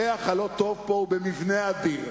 הריח הלא-טוב פה הוא במבנה הדיר,